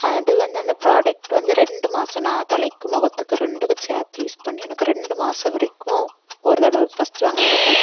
அது வந்து அந்த ப்ராடக்ட் வந்து ரெண்டு மாதம் நான் தலைக்கு முகத்துக்கு ரெண்டுக்கும் சேர்த்து யூஸ் பண்ணி எனக்கு ரெண்டு மாதம் வரைக்கும் ஒரு தடவை ஃபர்ஸ்ட்டு வாங்கினது தான்